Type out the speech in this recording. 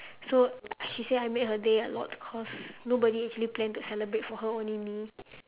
so she say I made her day a lot cause nobody actually plan to celebrate for her only me